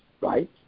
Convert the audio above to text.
right